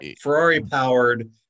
Ferrari-powered